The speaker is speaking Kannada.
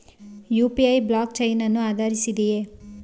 ಯು.ಪಿ.ಐ ಬ್ಲಾಕ್ ಚೈನ್ ಅನ್ನು ಆಧರಿಸಿದೆಯೇ?